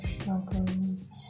struggles